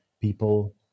people